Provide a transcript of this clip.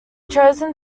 chosen